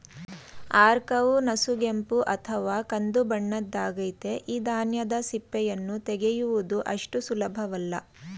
ಆರ್ಕವು ನಸುಗೆಂಪು ಅಥವಾ ಕಂದುಬಣ್ಣದ್ದಾಗಯ್ತೆ ಈ ಧಾನ್ಯದ ಸಿಪ್ಪೆಯನ್ನು ತೆಗೆಯುವುದು ಅಷ್ಟು ಸುಲಭವಲ್ಲ